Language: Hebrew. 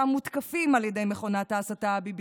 מותקפים על ידי מכונת ההסתה הביביסטית: